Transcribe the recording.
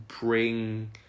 bring